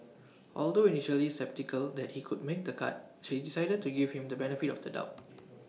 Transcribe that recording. although initially sceptical that he would make the cut she decided to give him the benefit of the doubt